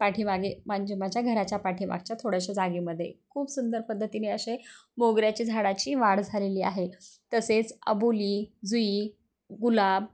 पाठीमागे म्हणजे माझ्या घराच्या पाठीमागच्या थोड्याश्या जागेमध्ये खूप सुंदर पद्धतीने असे मोगऱ्याच्या झाडाची वाढ झालेली आहे तसेच अबोली जुई गुलाब